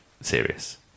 serious